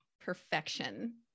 perfection